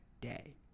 day